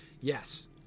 yes